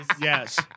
Yes